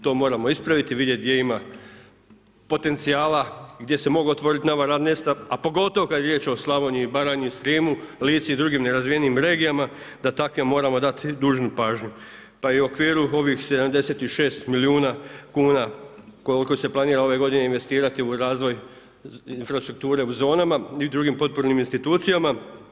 To moramo ispraviti i vidjeti gdje ima potencijala, gdje se mogu otvoriti nova radna mjesta, a pogotovo kada je riječ o Slavoniji i Baranji, Srijemu, Lici i drugim nerazvijenim regijama, da takvima moramo dati dužnu pažnju pa i u okviru ovih 76 milijuna kuna koliko se planira ove godine investirati u razvoj infrastrukture u zonama i drugim potpornim institucijama.